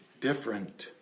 different